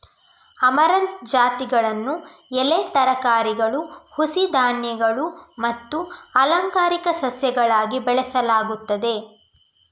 amaranth ಜಾತಿಗಳನ್ನು ಎಲೆ ತರಕಾರಿಗಳು, ಹುಸಿ ಧಾನ್ಯಗಳು ಮತ್ತು ಅಲಂಕಾರಿಕ ಸಸ್ಯಗಳಾಗಿ ಬೆಳೆಸಲಾಗುತ್ತದೆ